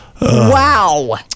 Wow